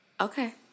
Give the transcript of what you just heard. Okay